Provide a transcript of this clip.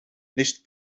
nicht